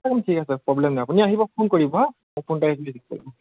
ঠিক আছে প্ৰব্লেম নাই আপুনি আহিব ফোন কৰিব অ'